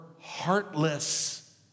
heartless